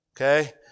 Okay